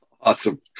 Awesome